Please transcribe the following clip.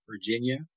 Virginia